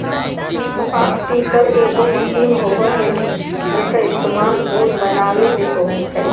कपास पिकर एगो मशीन होबय हइ, जेक्कर इस्तेमाल उन बनावे में होबा हइ